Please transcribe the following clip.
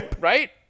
Right